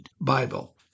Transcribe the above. Bible